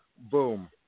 boom